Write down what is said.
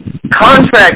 Contract